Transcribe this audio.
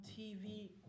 TV